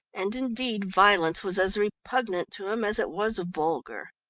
and indeed violence was as repugnant to him as it was vulgar.